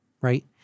right